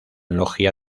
logia